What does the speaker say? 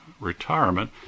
retirement